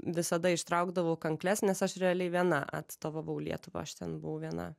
visada ištraukdavau kankles nes aš realiai viena atstovavau lietuvą aš ten buvau viena